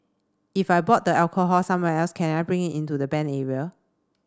if I bought the alcohol somewhere else can I bring it into the banned area